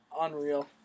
unreal